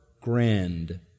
grand